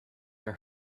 are